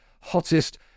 hottest